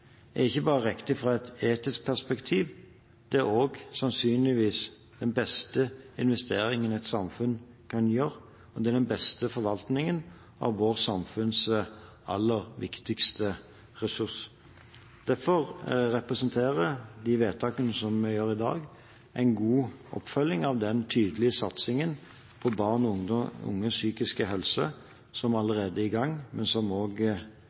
er ikke bare riktig fra et etisk perspektiv, det er også sannsynligvis den beste investeringen et samfunn kan gjøre, og det er den beste forvaltningen av vårt samfunns aller viktigste ressurs. Derfor representerer de vedtakene som vi gjør i dag, en god oppfølging av den tydelige satsingen på barn og unges psykiske helse som allerede er i gang, men som